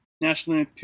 National